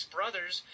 Brothers